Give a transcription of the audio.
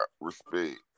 respect